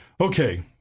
Okay